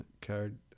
card